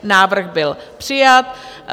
Návrh byl přijat.